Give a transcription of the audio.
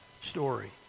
story